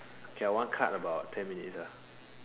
okay one card about ten minutes